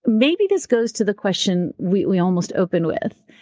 maybe this goes to the question we we almost opened with,